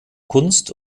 kunst